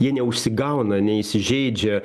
jie neužsigauna neįsižeidžia